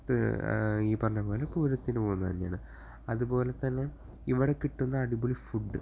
ഈ പറഞ്ഞപോലെ പൂരത്തിന് പോകുന്നതു തന്നെയാണ് അതുപോലെതന്നെ ഇവിടെ കിട്ടുന്ന അടിപൊളി ഫുഡ്